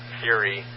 theory